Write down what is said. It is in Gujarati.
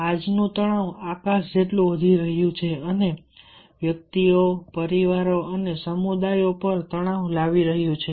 આજનું તણાવ આકાશ જેટલું વધી રહ્યું છે અને વ્યક્તિઓ પરિવારો અને સમુદાયો પર તણાવ લાવી રહ્યું છે